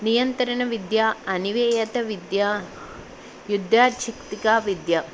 నియంత్రణ విద్య అనివేయత విద్య యాదృుచిక విద్య